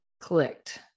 clicked